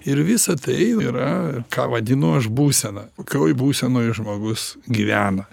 ir visa tai yra ką vadinu aš būsena koj būsenoj žmogus gyvena